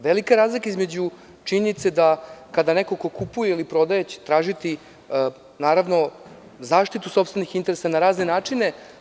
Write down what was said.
Velika je razlika između činjenice da kada neko ko kupuje ili prodaje će tražiti zaštitu sopstvenih interesa na razne načine.